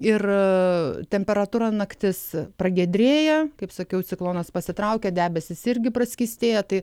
ir temperatūra naktis pragiedrėja kaip sakiau ciklonas pasitraukia debesys irgi praskystėja tai